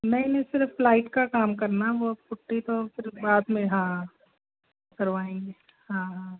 नहीं नहीं सिर्फ़ लाइट का काम करना है वह पुट्टी तो फिर बाद में हाँ हाँ करवाएँगे हाँ हाँ